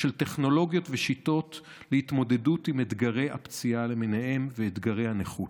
של טכנולוגיות ושיטות להתמודדות עם אתגרי הפציעה למיניהם ואתגרי הנכות.